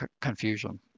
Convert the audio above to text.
confusion